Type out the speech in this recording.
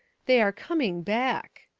they are coming back.